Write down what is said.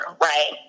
right